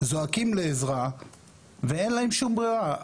זועקים לעזרה ואין להם שום ברירה.